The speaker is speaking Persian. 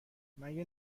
مگه